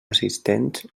assistents